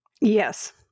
Yes